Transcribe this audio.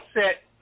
set